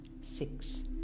six